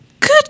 Good